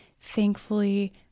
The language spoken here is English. thankfully